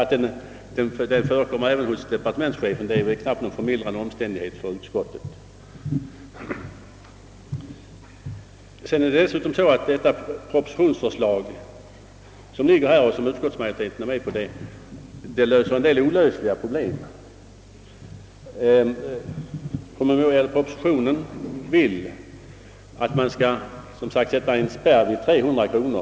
Att den förekommer även hos departementschefen är knappast någon förmildrande omständighet för utskottet. Propositionens förslag, som utskottet tillstyrkt, reser en del olösliga problem. Propositionen vill sätta en spärr vid 300 kronor.